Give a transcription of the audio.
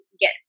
get